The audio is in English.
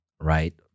right